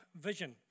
vision